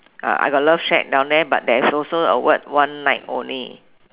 uh I got love shack down there but there is also a word one night only